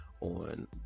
on